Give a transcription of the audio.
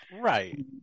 right